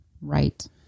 right